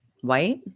white